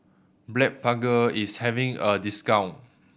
Blephagel is having a discount